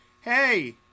hey